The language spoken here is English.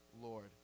lord